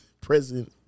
present